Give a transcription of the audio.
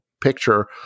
picture